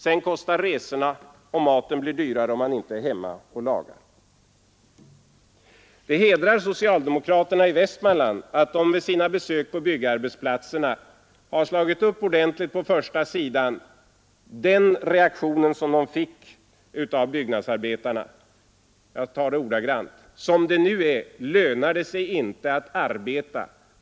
Sedan kostar resorna, och maten blir dyrare om man inte är hemma och lagar.” Det hedrar socialdemokraterna i Västmanland att de efter sina besök på byggarbetsplatserna har slagit upp ordentligt på första sidan i Västmanlands Folkblad den reaktion som de fick av byggnadsarbetarna: ”Som det nu är lönar det sig inte att arbeta.